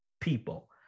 people